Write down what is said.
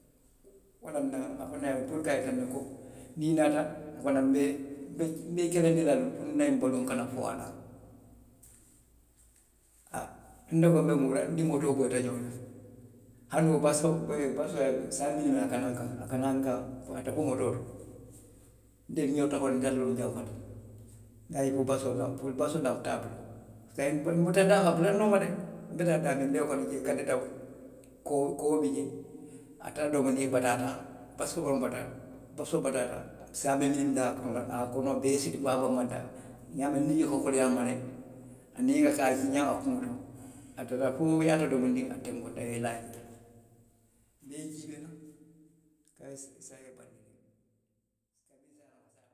Wolaŋ na afanaŋ puru ka a yitandi ko niŋ i naata, nfanaŋ be, nbe i kelendi la le puru nna ňiŋ baluo, nkana foo a la. A, te ko nbe muruu la, nniŋ motoo boyita xooti. Hani wo bee baso ee, basoo, saa ňiŋ ka naa nkaŋ, a ka naa nkaŋ fo motoo to. Nte ňorota fo ňaato, njanfata. Nŋa je fo basoo lanfu, basoo lanfuta a bulu. Saayiŋ puru, nbota daamiŋ a bulata nnooma de, nbe taa daamiŋ, nbe leo to jee kandita a fee, koo, koo bi jee, a taata domondiŋ a bataata, basa koboroŋ borita. basoo bataata, saa, be minindiŋ a kaŋo la. a ye a kono bee siti fo a banbanta, niijio ka koleyaa a ma le, aniŋ a ka, a kuŋo, a taatafo ňaato to domondiŋ. a tenkunta, a ye i laa jee. Nbe i jiibee la.